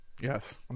Yes